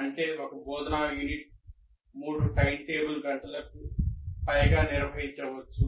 అంటే ఒక బోధనా యూనిట్ 3 టైమ్టేబుల్ గంటలకు పైగా నిర్వహించబడవచ్చు